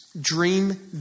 dream